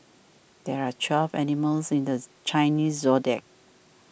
there are twelve animals in the Chinese zodiac